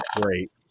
great